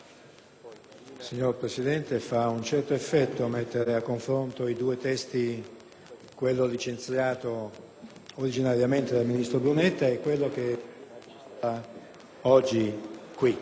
Signor Presidente, fa un certo effetto mettere a confronto i due testi, quello licenziato originariamente dal ministro Brunetta e quello che è oggi al